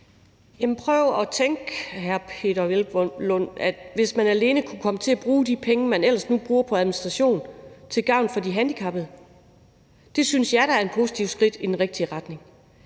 Hvelplund, at hvis man alene kunne komme til at bruge de penge, man ellers nu bruger på administration, til gavn for de handicappede. Det synes jeg da er et positivt skridt i den rigtige retning.